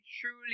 truly